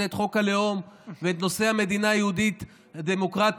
את חוק הלאום ואת נושא המדינה היהודית הדמוקרטית.